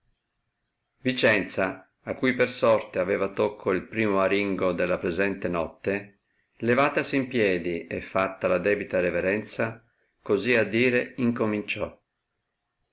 vicenza a cui per sorte aveva tocco il primo aringo della presente notte levatasi in piedi e fatta la debita reverenza così a dire incominciò